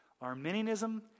Arminianism